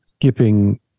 skipping